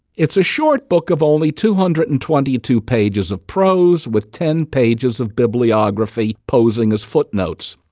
it's a short book of only two hundred and twenty two pages of prose with ten pages of bibliography posing as footnotes.